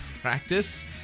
Practice